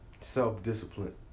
Self-discipline